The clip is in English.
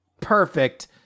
perfect